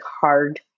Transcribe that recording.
hard